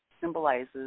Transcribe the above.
symbolizes